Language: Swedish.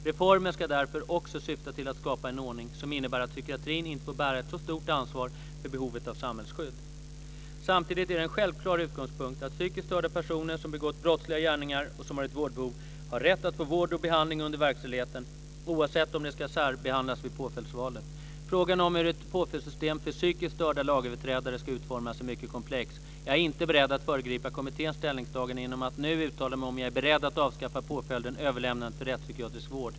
Reformen ska därför också syfta till att skapa en ordning som innebär att psykiatrin inte får bära ett så stort ansvar för behovet av samhällsskydd. Samtidigt är det en självklar utgångspunkt att psykiskt störda personer som begått brottsliga gärningar och som har ett vårdbehov har rätt att få vård och behandling under verkställigheten, oavsett om de ska särbehandlas vid påföljdsvalet. Frågan om hur ett påföljdssystem för psykiskt störda lagöverträdare ska utformas är mycket komplex. Jag är inte beredd att föregripa kommitténs ställningstaganden genom att nu uttala mig om ifall jag är beredd att avskaffa påföljden överlämnande till rättspsykiatrisk vård.